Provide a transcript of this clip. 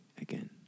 again